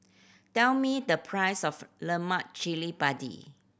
tell me the price of lemak cili padi